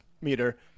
meter